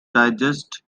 digest